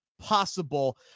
Possible